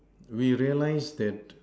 we realized that